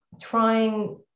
trying